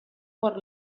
por